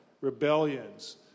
rebellions